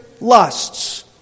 lusts